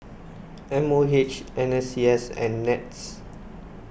M O H N S C S and NETS